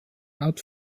out